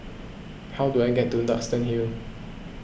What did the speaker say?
how do I get to Duxton Hill